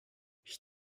ich